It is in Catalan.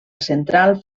central